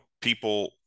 people